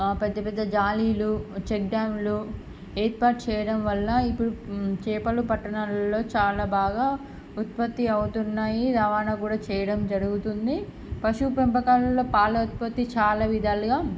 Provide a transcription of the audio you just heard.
పెద్ద పెద్ద జాలీలు చెక్ డ్యామ్లు ఏర్పాటు చేయడం వల్ల ఇప్పుడు చేపలు పట్టణాలలో చాలా బాగా ఉత్పత్తి అవుతున్నాయి రవాణా కూడా చేయడం జరుగుతుంది పశువు పెంపకాలాల్లో పాలు ఉత్పత్తి చాలా విధాలుగా